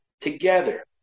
together